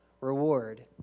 reward